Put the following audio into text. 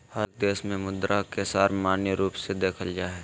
हरेक देश में मुद्रा के सर्वमान्य रूप से देखल जा हइ